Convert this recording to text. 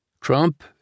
Trump